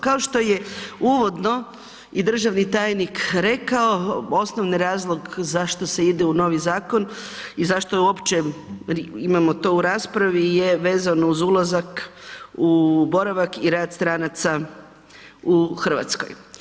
Kao što je uvodno i državni tajnik rekao, osnovni razlog zašto se ide u novi zakon i zašto je uopće imamo to u raspravi je vezano uz ulazak u boravak i rad stranaca u RH.